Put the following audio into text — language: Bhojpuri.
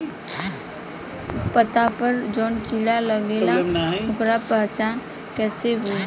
पत्ता पर जौन कीड़ा लागेला ओकर पहचान कैसे होई?